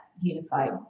unified